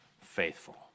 faithful